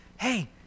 Hey